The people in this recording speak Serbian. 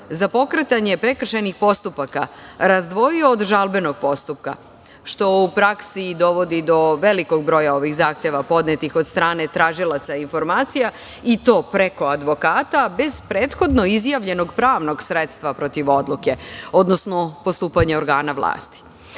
za pokretanje prekršajnih postupaka razdvojio od žalbenog postupka što u praksi dovodi do velikog broja ovih zahteva podnetih od strane tražilaca informacija i to preko advokata bez prethodno izjavljenog pravnog sredstva protiv odluke, odnosno postupanja organa vlasti. Ovakvo